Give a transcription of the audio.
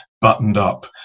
buttoned-up